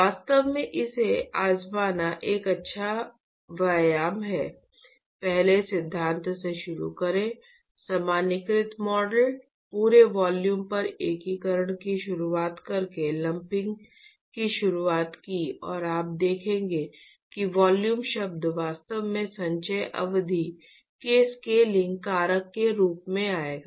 वास्तव में इसे आजमाना एक अच्छा व्यायाम है पहले सिद्धांत से शुरू करें सामान्यीकृत मॉडल पूरे वॉल्यूम पर एकीकरण की शुरुआत करके लंपिंग की शुरुआत की और आप देखेंगे कि वॉल्यूम शब्द वास्तव में संचय अवधि में स्केलिंग कारक के रूप में आएगा